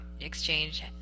Exchange